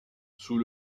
sous